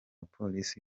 polisi